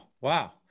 Wow